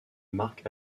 marque